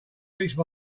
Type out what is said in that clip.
reached